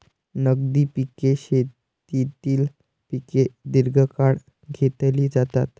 नगदी पिके शेतीतील पिके दीर्घकाळ घेतली जातात